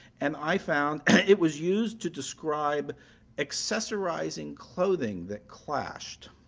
and i found it was used to describe accessorizing clothing that clashed.